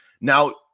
Now